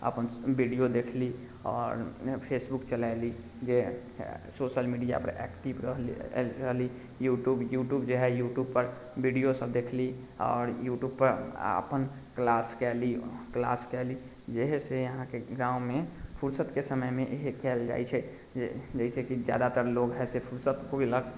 अपन वीडियो देखली आओर फेसबुक चलयली जे सोशल मीडिया पर एक्टिव रहली रहली यूट्यूब यूट्यूब जे हय यूट्यूब पर वीडियो सब देखली आओर यूट्यूब पर अपन क्लास कयली क्लास कयली जे हय से अहाँकेँ गाँवमे फुर्सतके समयमे इहे कयल जाइत छै जैसेकि जादातर लोक है से फुर्सत हो गेलक